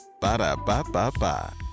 Ba-da-ba-ba-ba